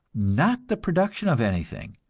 not the production of anything,